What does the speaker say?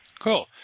Cool